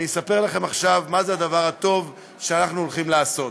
אני אספר לכם עכשיו מה זה הדבר הטוב שאנחנו הולכים לעשות.